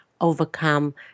overcome